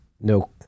no